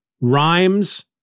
rhymes